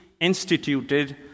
instituted